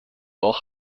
auch